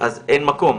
אז אין מקום,